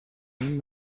این